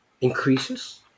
increases